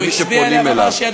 אלא למי שפונים אליו.